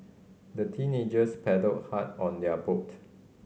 the teenagers paddled hard on their boat